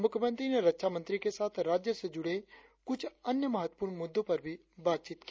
मुख्यमंत्री ने रक्षामंत्री के साथ राज्य से जुड़े कुछ महत्वपूर्ण मुद्दों पर भी बातचीत की